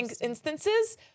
instances